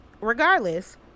regardless